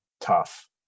tough